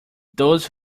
those